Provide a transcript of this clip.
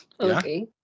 Okay